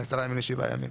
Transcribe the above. בין עשרה ימים לשבעה ימים.